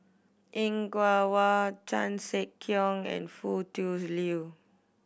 Er Kwong Wah Chan Sek Keong and Foo Tui Liew